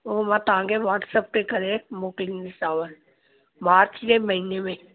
पोइ मां तव्हांखे वॉट्सप ते करे मोकिलींदीसांव मार्च जे महीने में